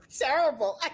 Terrible